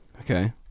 Okay